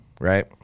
right